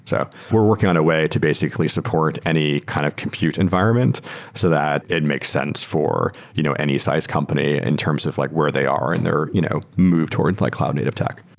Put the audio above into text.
so we're working on our way to basically support any kind of compute environment so that it makes sense for you know any size company in terms of like where they are in their you know move towards like cloud-native tech.